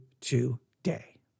today